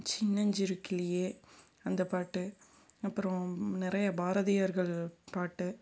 சின்னஞ்சிறு கிளியே அந்த பாட்டு அப்புறோம் நிறைய பாரதியார்கள் பாட்டு